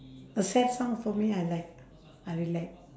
a sad song for me I like I will like